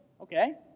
Okay